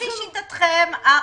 לפי שיטתכם,